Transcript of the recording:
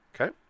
Okay